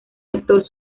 actor